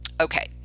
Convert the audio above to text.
Okay